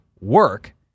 work